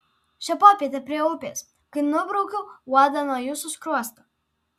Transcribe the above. šią popietę prie upės kai nubraukiau uodą nuo jūsų skruosto